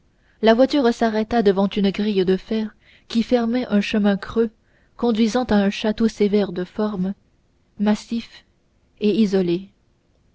la voiture s'arrêta devant une grille de fer qui fermait un chemin creux conduisant à un château sévère de forme massif et isolé